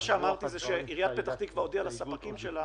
מה שאמרתי שעיריית פתח תקווה הודיעה לספקים שלה,